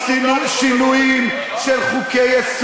החוק הזה לא חל על הסיעה.